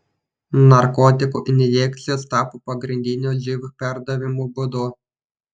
narkotikų injekcijos tapo pagrindiniu živ perdavimo būdu